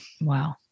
Wow